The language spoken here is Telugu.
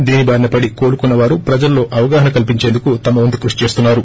దీని బారిన పడి కోలుకున్నవారు ప్రజల్లో అవగాహన కల్పించేందుకు తమ వంతు కృషి చేస్తున్నారు